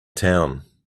town